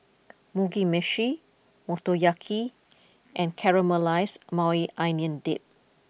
Mugi Meshi Motoyaki and Caramelized Maui Onion Dip